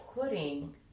putting